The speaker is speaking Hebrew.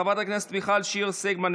חברת הכנסת מיכל שיר סגמן,